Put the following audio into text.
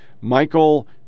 Michael